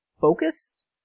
focused